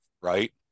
right